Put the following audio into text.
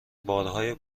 بارهای